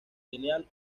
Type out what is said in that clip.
lineal